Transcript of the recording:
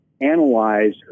analyze